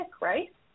right